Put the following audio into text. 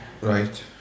Right